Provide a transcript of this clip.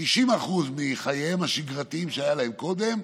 90% מחייהם השגרתיים שהיו להם קודם,